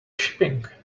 shipping